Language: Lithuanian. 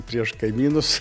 prieš kaimynus